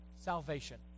salvation